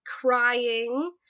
crying